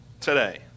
today